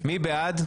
9 בעד.